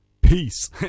Peace